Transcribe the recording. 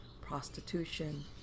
prostitution